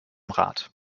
rat